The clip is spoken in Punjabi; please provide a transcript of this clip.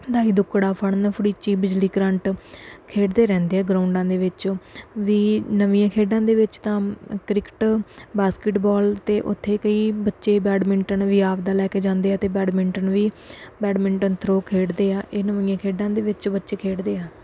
ਦਾਈ ਦੁੱਕੜਾ ਫੜਨ ਫੜੀਚੀ ਬਿਜਲੀ ਕਰੰਟ ਖੇਡਦੇ ਰਹਿੰਦੇ ਆ ਗਰਾਉਂਡਾਂ ਦੇ ਵਿੱਚ ਉਹ ਵੀ ਨਵੀਆਂ ਖੇਡਾਂ ਦੇ ਵਿੱਚ ਤਾਂ ਕ੍ਰਿਕਟ ਬਾਸਕਿਟਬੋਲ ਅਤੇ ਉੱਥੇ ਕਈ ਬੱਚੇ ਬੈਡਮਿੰਟਨ ਵੀ ਆਪਣਾ ਲੈ ਕੇ ਜਾਂਦੇ ਆ ਅਤੇ ਬੈਡਮਿੰਟਨ ਵੀ ਬੈਡਮਿੰਟਨ ਥਰੋਅ ਖੇਡਦੇ ਆ ਇਹ ਨਵੀਆਂ ਖੇਡਾਂ ਦੇ ਵਿੱਚ ਬੱਚੇ ਖੇਡਦੇ ਆ